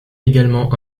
également